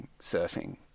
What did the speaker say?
surfing